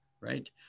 right